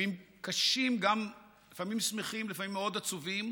ימים קשים, לפעמים שמחים ולפעמים מאוד עצובים,